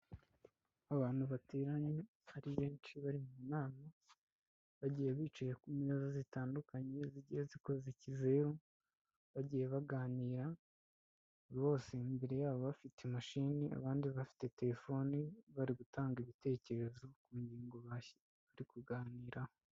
Abantu bateranye ari benshi, bari mu nama, bagiye bicaye ku meza zitandukanye zigiye zikoze ikizeru, bagiye baganira, bose imbere yabo bafite mashini, abandi bafite terefoni, bari gutanga ibitekerezo ku ngingo bari kuganiraho.